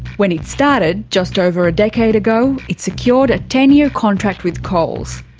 when it started just over a decade ago, it secured a ten-year contract with coles.